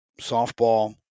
softball